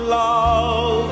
love